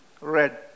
red